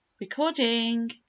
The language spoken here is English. recording